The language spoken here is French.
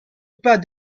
pas